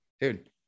Dude